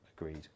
agreed